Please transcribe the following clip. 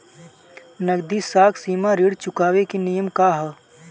नगदी साख सीमा ऋण चुकावे के नियम का ह?